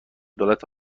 دولت